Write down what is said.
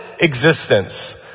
existence